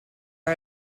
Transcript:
are